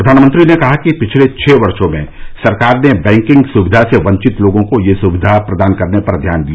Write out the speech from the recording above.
प्रधानमंत्री ने कहा कि पिछले छः वर्षों में सरकार ने बैंकिंग सुविधा से वंचित लोगों को यह सुविधा प्रदान करने पर ध्यान दिया